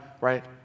right